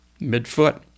midfoot